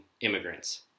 immigrants